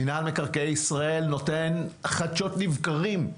מינהל מקרקעי ישראל חדשות לבקרים.